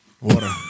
Water